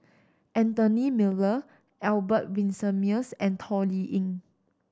Anthony Miller Albert Winsemius and Toh Liying